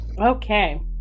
Okay